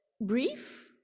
brief